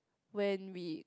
when we